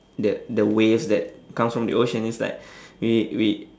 the the waves that comes from the ocean it's like we we